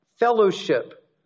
fellowship